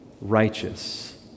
righteous